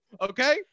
Okay